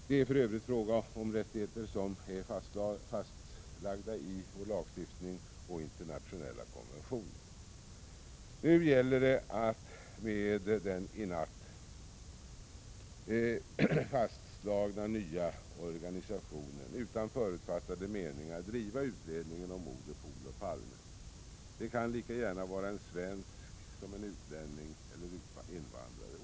Det är för Övrigt fråga om rättigheter som är fastlagda i vår lagstiftning och i internationella konventioner. Nu gäller det att med den i natt fastslagna nya organisationen och utan förutfattade meningar driva utredningen om mordet på Olof Palme. Mördaren kan lika gärna vara en svensk som en utlänning eller invandrare.